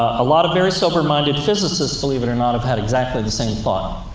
lot of very sober-minded physicists, believe it or not, have had exactly the same thought.